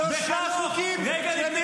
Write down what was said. על שלושה חוקים הצבעתם היום נגד.